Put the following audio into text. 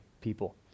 people